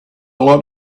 lot